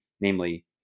namely